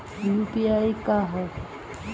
UPI का ह?